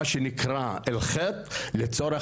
מה שנקרא אל חת', לצורך